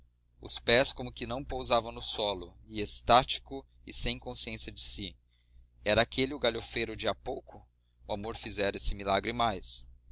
os pés como que não pousavam no solo ia extático e sem consciência de si era aquele o galhofeiro de há pouco o amor fizera esse milagre mais